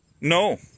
No